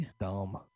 Dumb